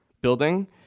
building